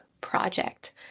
project